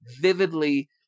vividly